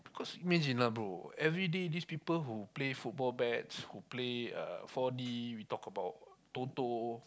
cause imagine lah bro everyday this people who play football bets who play uh four-D we talk about Toto